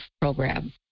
program